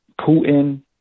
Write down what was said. Putin